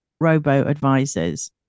robo-advisors